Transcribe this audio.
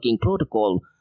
protocol